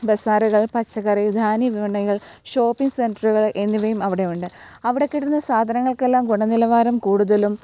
ബസാറുകൾ പച്ചക്കറികൾ ധാന്യവിപണികൾ ഷോപ്പിങ്ങ് സെൻറ്ററുകൾ എന്നിവയും അവിടെയുണ്ട് അവിടെ കിട്ടുന്ന സാധനങ്ങൾക്കെല്ലാം ഗുണനിലവാരം കൂടുതലും